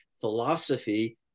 philosophy